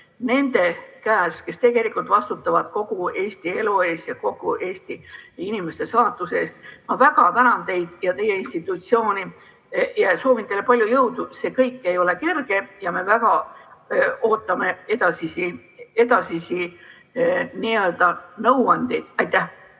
nende käes, kes tegelikult vastutavad kogu Eesti elu eest ja Eesti inimeste saatuse eest. Ma väga tänan teid ja teie institutsiooni! Soovin teile palju jõudu! See kõik ei ole kerge ja me väga ootame edasisi nõuandeid.